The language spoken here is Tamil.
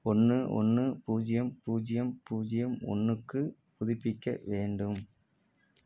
ஒன்று ஒன்று பூஜ்ஜியம் பூஜ்ஜியம் பூஜ்ஜியம் ஒன்றுக்கு புதுப்பிக்க வேண்டும்